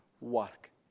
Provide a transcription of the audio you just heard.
work